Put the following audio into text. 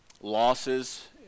losses